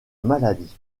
maladie